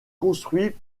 construit